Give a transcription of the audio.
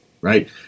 right